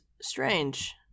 strange